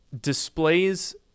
displays